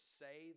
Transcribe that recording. say